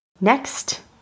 Next